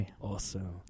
Awesome